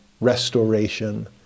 restoration